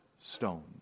stone